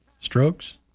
strokes